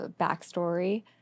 backstory